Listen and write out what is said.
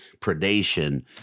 predation